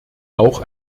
auch